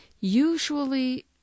usually